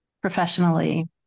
professionally